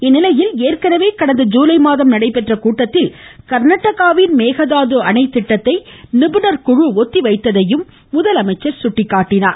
இந்நிலையில் ஏற்கனவே கடந்த ஐ லை மாதம் நடைபெற்ற கூட்டத்தில் கா்நாடகாவின் மேகதாது அணை திட்டத்தை நிபுணர் குழு ஒத்தி வைத்ததையும் அவர் சுட்டிக்காட்டினார்